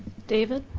david.